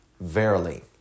verily